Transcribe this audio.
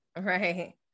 Right